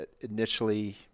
initially